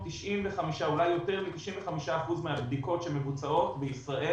הוא ש-95% ואולי יותר מהבדיקות שמבוצעות בישראל,